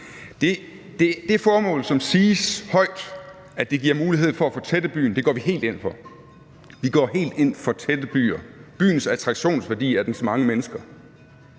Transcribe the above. Det formål, der siges højt, nemlig at det giver mulighed for at fortætte byen, går vi helt ind for. Vi går helt ind for tætte byer. Byens attraktionsværdi er dens mange mennesker.